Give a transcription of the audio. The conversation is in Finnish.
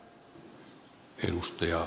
herra puhemies